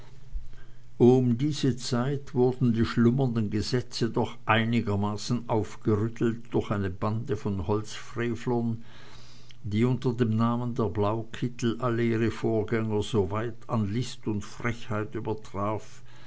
um diese zeit wurden die schlummernden gesetze doch einigermaßen aufgerüttelt durch eine bande von holzfrevlern die unter dem namen der blaukittel alle ihre vorgänger so weit an list und frechheit